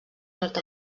nord